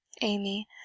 Amy